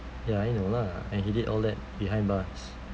ya I know lah and he did all that behind bars